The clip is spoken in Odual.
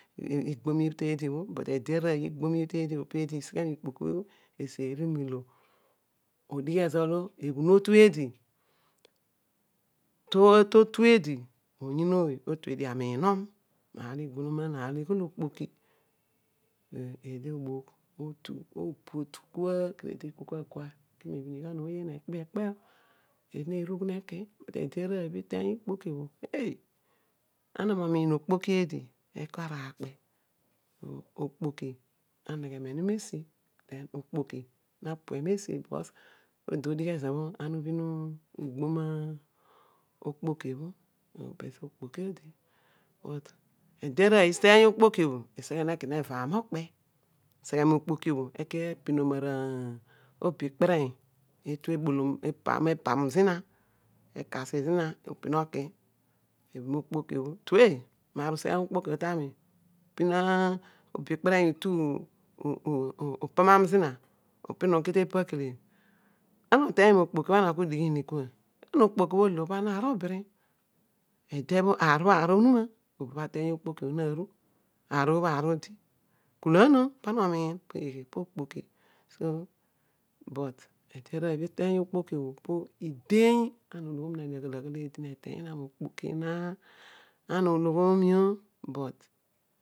Etede arooy igbo mibho te aadi bho peedi eseghe mikpoki obha tode aseeri mezo olo eghun otu eedi oyiin ooy otue dio amiinon to aar olo igboloman okpoki eedi teebogh obo otu kua kedio odi ta kol kua gua, iki ma ebhini ghan ooy okpe ekpe eedi ooy okpe ekpe eedi nerugh neki but eede arooy ibha nedi iteeny ikpoki bho, eh ana momiin okpoki eedi eko ara kpe, okpoki na neghe mi meesi, okpoki napue nasi eedi ibhin ezo meela bho pezo okooki odi ede arooy iteeny okpoki bho iseghe neki nevaam okpa, eseghe mi ikpoki eki eseghe moobo ekperen atu obolom epam zina ede bho aar bho aar onuma obo bho ateeny okpoki naru akol aar bho bho aar odi kulan oh pa ana omiin pe eghe po okpoki but ede arooy bho iteeny okpoki bho po ideny ana ologhomio na dio aghol aghol odi nateeny na mookpoki na ano ologhomio but.